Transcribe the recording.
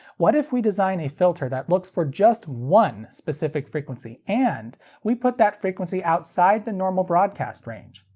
what if we design a filter that looks for just one specific frequency, and we put that frequency outside the normal broadcast range?